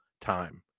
time